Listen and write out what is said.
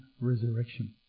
resurrection